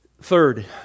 Third